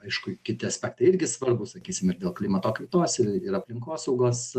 aišku kiti aspektai irgi svarbūs sakysim ir dėl klimato kaitos ir ir aplinkosaugos